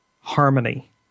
harmony